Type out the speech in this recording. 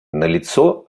налицо